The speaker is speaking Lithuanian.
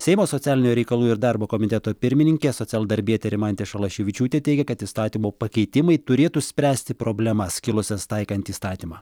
seimo socialinių reikalų ir darbo komiteto pirmininkė socialdarbietė rimantė šalaševičiūtė teigė kad įstatymo pakeitimai turėtų spręsti problemas kilusias taikant įstatymą